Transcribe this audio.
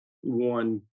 one